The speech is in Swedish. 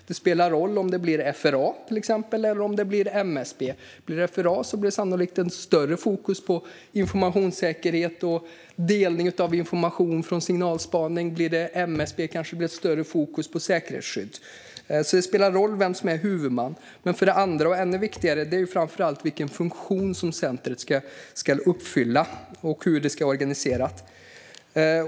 Det spelar roll om det blir FRA eller MSB. Blir det FRA blir det sannolikt större fokus på informationssäkerhet och delning av information från signalspaning. Blir det MSB kanske det blir större fokus på säkerhetsskydd. Det spelar roll vem som är huvudman. Ännu viktigare är framför allt vilken funktion centret ska fylla och hur det ska vara organiserat.